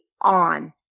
on